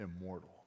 immortal